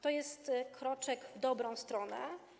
To jest kroczek w dobrą stronę.